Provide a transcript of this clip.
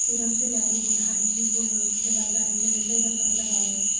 चिरां जिल्लायाव गुबुन हान्थिफोर एबा जारिमिनारि जायगाफोरा जाबाय